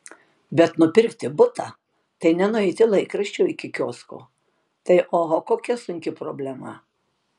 bet nupirkti butą tai ne nueiti laikraščio iki kiosko tai oho kokia sunki problema